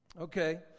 Okay